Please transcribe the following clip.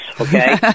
okay